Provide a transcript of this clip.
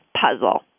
puzzle